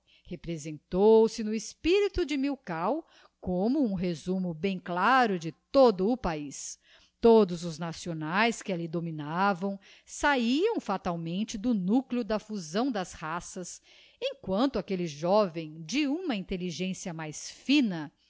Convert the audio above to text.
escrivão representou-se no espirito de milkau como um resumo bem claro de todo o paiz todos os nacionaes que alli dominavam sahiam fatalmente do núcleo da fusão das raças emquanto aquelle joven de uma intelligencia mais fina